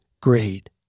grade